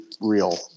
real